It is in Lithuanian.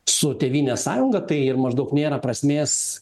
su tėvynės sąjunga tai ir maždaug nėra prasmės